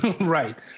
Right